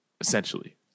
essentially